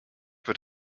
wird